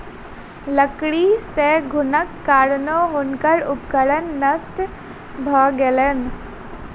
लकड़ी मे घुनक कारणेँ हुनकर उपकरण नष्ट भ गेलैन